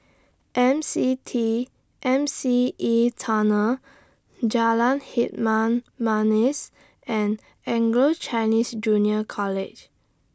M C T M C E Tunnel Jalan Hitam Manis and Anglo Chinese Junior College